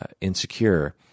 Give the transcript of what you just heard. insecure